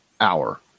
hour